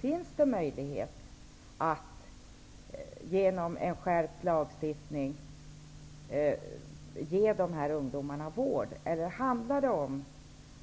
Finns det möjlighet att genom en skärpt lagstiftning ge dessa ungdomar vård? Eller handlar det om